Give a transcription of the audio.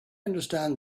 understand